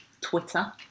Twitter